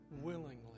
willingly